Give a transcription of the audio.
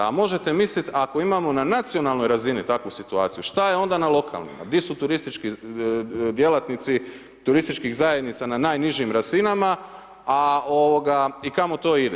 A možete mislit ako imamo na nacionalnoj razini takvu situaciju, šta je onda na lokalnima, di su turistički djelatnici turističkih zajednica na najnižim razinama, a ovoga i kao to ide.